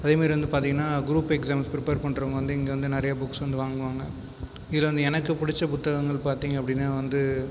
அதே மாதிரி வந்து பார்த்தீங்கன்னா குரூப் எக்ஸாமுக்கு பிரிப்பேர் பண்ணுறவங்க வந்து இங்கே வந்து நிறைய புக்ஸ் வந்து வாங்குவாங்க இதில் வந்து எனக்கு பிடிச்ச புத்தகங்கள் பார்த்தீங்க அப்படினால் வந்து